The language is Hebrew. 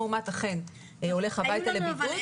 המאומת אכן הולך הביתה לבידוד.